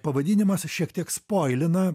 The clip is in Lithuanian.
pavadinimas šiek tiek spoilina